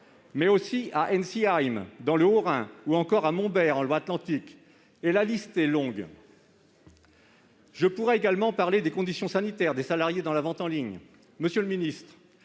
mais aussi à Ensisheim, dans le Haut-Rhin, ou encore à Montbert, en Loire Atlantique. La liste est longue ! Je pourrais également parler des conditions sanitaires des salariés dans la vente en ligne. Monsieur le ministre,